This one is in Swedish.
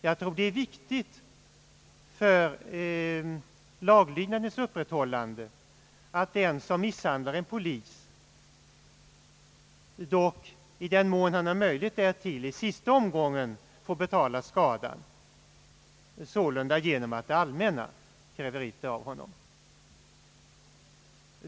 Jag tror det är viktigt för laglydnadens upprätthållande att den som misshandlar en polis får betala skadan genom att det allmänna kräver ut det av honom.